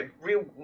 real